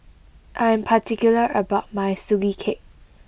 I am particular about my Sugee Cake